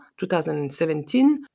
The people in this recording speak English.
2017